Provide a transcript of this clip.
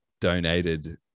donated